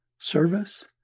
Service